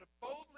boldly